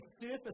surface